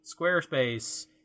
Squarespace